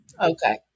Okay